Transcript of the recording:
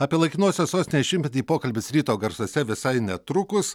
apie laikinosios sostinės šimtmetį pokalbis ryto garsuose visai netrukus